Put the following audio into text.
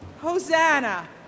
Hosanna